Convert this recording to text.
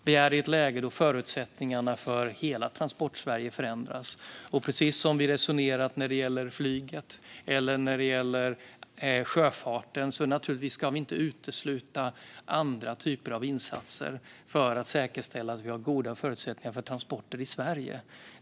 Vi är i ett läge då förutsättningarna för hela Transportsverige förändras, och precis som vi har resonerat när det gäller flyget och sjöfarten ska vi naturligtvis inte utesluta andra typer av insatser för att säkerställa att vi har goda förutsättningar för transporter i Sverige.